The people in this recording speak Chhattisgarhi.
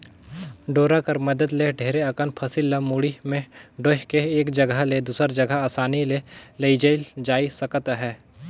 डोरा कर मदेत ले ढेरे अकन फसिल ल मुड़ी मे डोएह के एक जगहा ले दूसर जगहा असानी ले लेइजल जाए सकत अहे